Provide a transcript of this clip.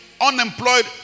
Unemployed